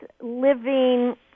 living